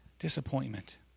Disappointment